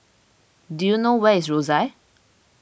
do you know where is Rosyth